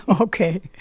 Okay